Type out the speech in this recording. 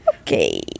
Okay